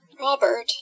Robert